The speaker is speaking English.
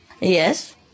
Yes